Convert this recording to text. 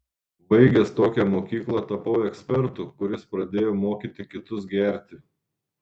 baigęs tokią mokyklą tapau ekspertu kuris pradėjo mokyti kitus gerti